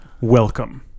Welcome